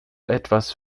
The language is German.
etwas